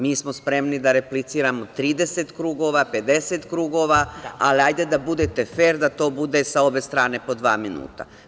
Mi smo spremni da repliciramo 30 krugova, 50 krugova, ali hajde da budete fer, da to bude sa obe strane po dva minuta.